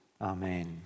amen